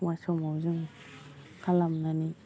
एखनबा समाव जों खालामनानै